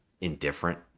indifferent